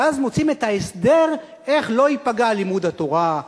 ואז מוצאים את ההסדר איך לא ייפגע לימוד התורה,